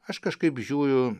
aš kažkaip žiūriu